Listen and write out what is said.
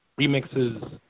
remixes